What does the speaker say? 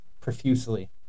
profusely